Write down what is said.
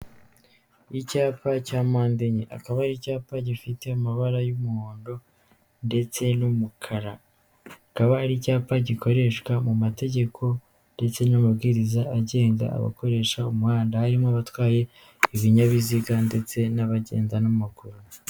Ni icyapa cya mpande enye, akaba ari icyapa gifite amabara y'umuhondo ndetse n'umukara, akaba ari icyapa gikoreshwa mu mategeko ndetse n'amabwiriza agenga abakoresha umuhanda harimo abatwaye ibinyabiziga ndetse n'abagenda n'amaguru.